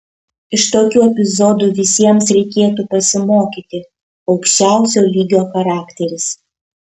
iš tokių epizodų visiems reikėtų pasimokyti aukščiausio lygio charakteris